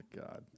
God